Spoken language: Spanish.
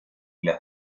las